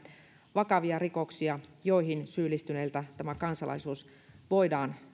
vakavia rikoksia joihin syyllistyneiltä kansalaisuus voidaan